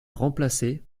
remplacée